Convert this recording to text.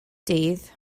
dydd